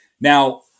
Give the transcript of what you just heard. Now